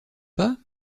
pas